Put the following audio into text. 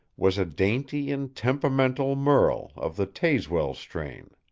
was a dainty and temperamental merle, of the tazewell strain.